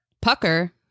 Pucker